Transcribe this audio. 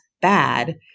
bad